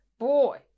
boy